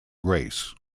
grace